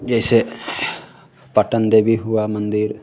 जैसे पाटन देवी हुआ मन्दिर